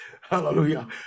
Hallelujah